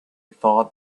thought